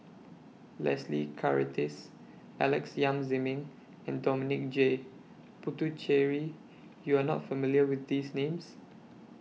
Leslie Charteris Alex Yam Ziming and Dominic J Puthucheary YOU Are not familiar with These Names